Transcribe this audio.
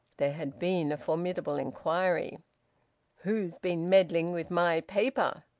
there had been a formidable inquiry who's been meddling with my paper?